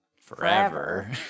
forever